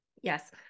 yes